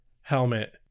helmet